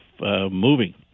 moving